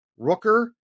Rooker